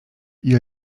ihr